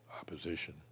opposition